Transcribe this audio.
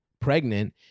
pregnant